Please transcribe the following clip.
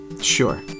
Sure